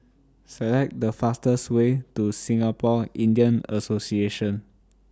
Select The fastest Way to Singapore Indian Association